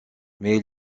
mais